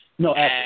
No